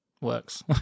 Works